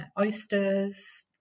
oysters